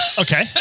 Okay